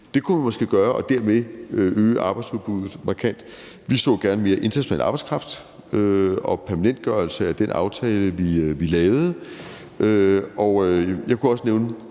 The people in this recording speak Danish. Det kunne man måske gøre og dermed øge arbejdsudbuddet markant. Vi så gerne mere international arbejdskraft og en permanentgørelse af den aftale, vi lavede, og jeg kunne også nævne